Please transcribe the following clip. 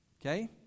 Okay